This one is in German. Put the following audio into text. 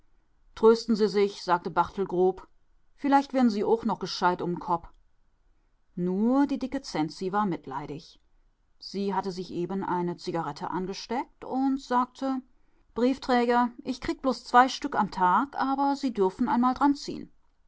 trösten sie sich sagte barthel grob vielleicht werden sie ooch noch gescheidt um n kopp nur die dicke cenzi war mitleidig sie hatte sich eben eine zigarette angesteckt und sagte briefträger ich krieg bloß zwei stück am tag aber sie dürfen einmal dran ziehen